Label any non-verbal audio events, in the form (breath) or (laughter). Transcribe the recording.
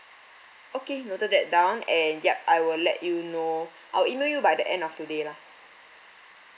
okay noted that down and yup I will let you know (breath) I will email you by the end of today lah